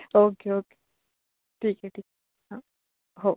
okay okay ठीक आहे ठीक आहे हो